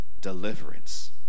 deliverance